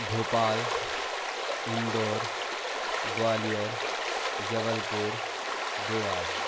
Bhopal Indore Gwalior Jabalpur Dewas